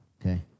okay